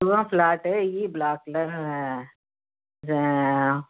சுகம் flat E ப்ளாக்கில் இது